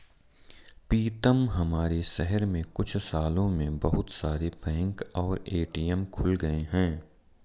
पीतम हमारे शहर में कुछ सालों में बहुत सारे बैंक और ए.टी.एम खुल गए हैं